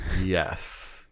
yes